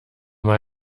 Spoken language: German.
mal